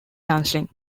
dancing